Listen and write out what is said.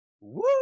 Woo